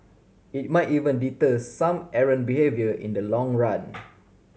it might even deter some errant behaviour in the long run